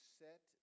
set